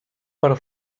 per